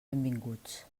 benvinguts